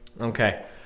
Okay